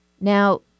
Now